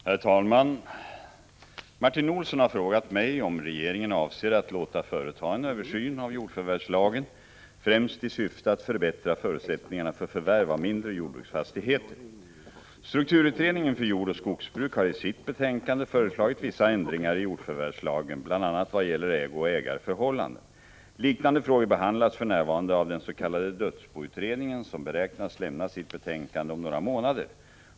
Herr talman! Martin Olsson har frågat mig om regeringen avser att låta företa en översyn av jordförvärvslagen, främst i syfte att förbättra förutsättningarna för förvärv av mindre jordbruksfastigheter. Strukturutredningen för jordoch skogsbruk har i sitt betänkande föreslagit vissa ändringar i jordförvärvslagen, bl.a. vad gäller ägooch ägarförhållanden. Liknande frågor behandlas för närvarande av den s.k. dödsboutredningen, som beräknas lämna sitt betänkande om några månader.